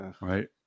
Right